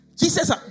Jesus